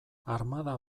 armada